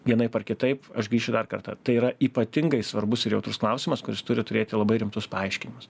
vienaip ar kitaip aš grįšiu dar kartą tai yra ypatingai svarbus ir jautrus klausimas kuris turi turėti labai rimtus paaiškinimus